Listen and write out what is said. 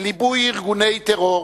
בליבוי ארגוני טרור,